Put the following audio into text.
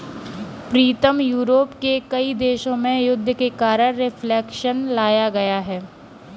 प्रीतम Europe के कई देशों में युद्ध के कारण रिफ्लेक्शन लाया गया है